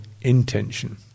intention